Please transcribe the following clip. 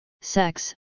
sex